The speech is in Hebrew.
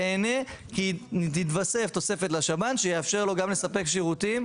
ייהנה כי תתווסף תוספת לשב"ן שיאפשר לו גם לספק שירותים,